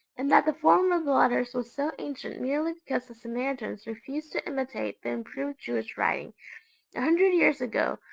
and that the form of the letters was so ancient merely because the samaritans refused to imitate the improved jewish writing. a hundred years ago,